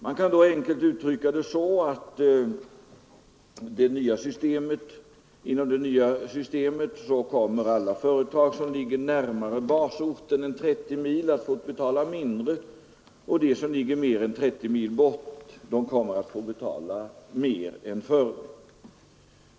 Man kan då enkelt uttrycka det så att inom det nya systemet alla företag, som ligger närmare basorten än 30 mil, kommer att få betala mindre, medan de som ligger mer än 30 mil bort kommer att få betala mer än förr.